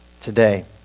today